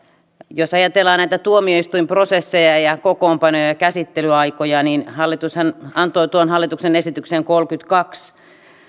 jos ajatellaan näitä tuomioistuinprosesseja ja kokoonpanoja ja ja käsittelyaikoja niin hallitushan antoi tuon hallituksen esityksen kolmekymmentäkaksi